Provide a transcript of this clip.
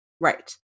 right